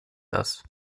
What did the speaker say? das